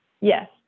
Yes